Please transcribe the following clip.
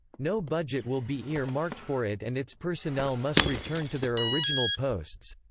no budget will be ear-marked for it and its personnel must return to their original posts.